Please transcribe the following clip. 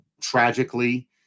tragically